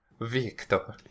victor